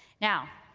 now,